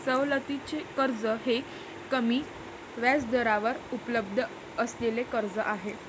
सवलतीचे कर्ज हे कमी व्याजदरावर उपलब्ध असलेले कर्ज आहे